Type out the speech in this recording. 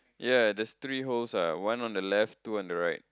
ya there's three holes ah what one on the left two on the right